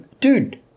dude